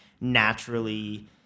naturally